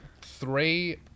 three